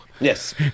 Yes